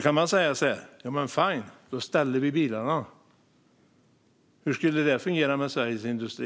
Man kan säga: Fine, då ställer vi bilarna. Hur skulle det fungera för Sveriges industri?